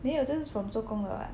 没有 this is from 做工 [what]